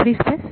free space